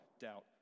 doubt